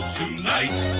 tonight